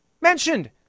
mentioned